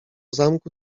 zamku